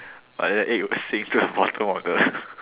but then the egg would sink to the bottom of the